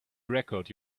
record